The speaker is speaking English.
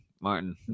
Martin